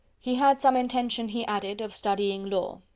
he had some intention, he added, of studying law,